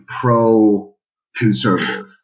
pro-conservative